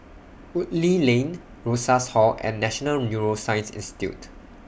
Woodleigh Lane Rosas Hall and National Neuroscience Institute